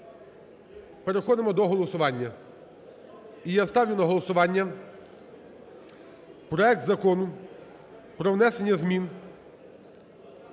переходимо до голосування. Я ставлю на голосування проект Закону про внесення змін